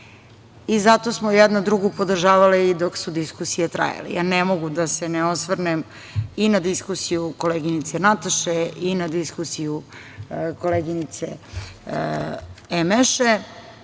Zato smo jedna drugu podržavale i dok su diskusije trajale. Ja ne mogu da se ne osvrnem i na diskusiju koleginice Nataše i na diskusiju koleginice Emeše,